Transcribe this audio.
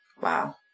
Wow